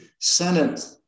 Senate